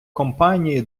компанії